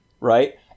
right